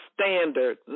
standard